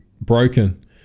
broken